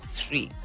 three